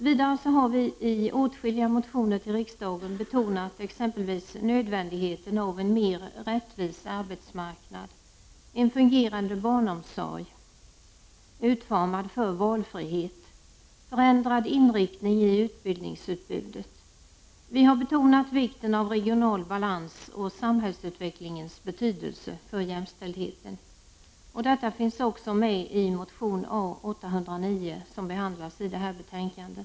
Vi har vidare i åtskilliga motioner till riksdagen betonat exempelvis nödvändigheten av en mer rättvis arbetsmarknad, en fungerande barnomsorg utformad för valfrihet, förändrad inriktning i utbildningsutbudet. Vi har betonat vikten av regional balans och samhällsutvecklingens betydelse för jäm ställdheten. Detta finns också med i motion A 809 som behandlas i detta betänkande.